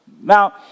Now